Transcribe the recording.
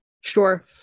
Sure